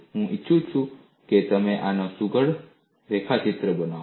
હું ઈચ્છું છું કે તમે આના સુઘડ રેખાચિત્ર બનાવો